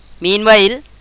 Meanwhile